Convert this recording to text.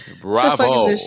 bravo